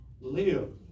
live